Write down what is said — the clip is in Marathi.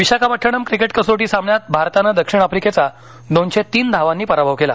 विशाखापट्टणम क्रिकेट कसोटी सामन्यात भारतानं दक्षिण आफ्रिकेचा दोनशे तीन धावांनी पराभव केला